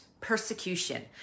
persecution